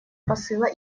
посыла